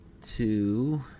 two